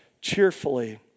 cheerfully